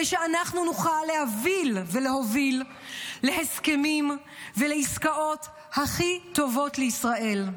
שאנחנו נוכל להוביל להסכמים ולעסקאות הכי טובות לישראל.